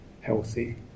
healthy